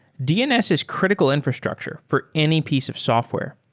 dns is critical infrastructure for any piece of software.